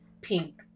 pink